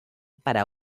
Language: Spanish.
para